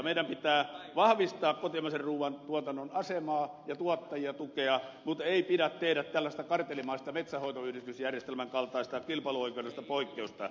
meidän pitää vahvistaa kotimaisen ruuantuotannon asemaa ja tuottajia tukea mutta ei pidä tehdä tällaista kartellimaista metsänhoitoyhdistysjärjestelmän kaltaista kilpailuoikeudellista poikkeusta